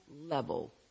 level